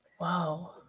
Wow